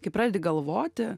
kai pradedi galvoti